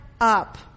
up